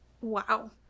wow